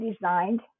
designed